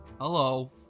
Hello